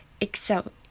excel